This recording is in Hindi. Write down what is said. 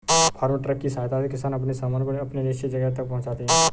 फार्म ट्रक की सहायता से किसान अपने सामान को अपने निश्चित जगह तक पहुंचाते हैं